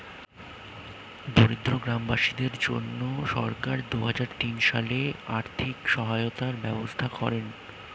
দরিদ্র গ্রামবাসীদের জন্য সরকার দুহাজার তিন সালে আর্থিক সহায়তার ব্যবস্থা করেন